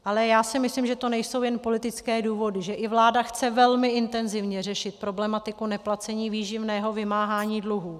Ale já si myslím, že to nejsou jen politické důvody, že i vláda chce velmi intenzivně řešit problematiku neplacení výživného, vymáhání dluhů.